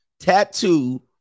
Tattoo